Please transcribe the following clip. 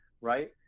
right